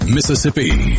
Mississippi